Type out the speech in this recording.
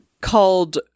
called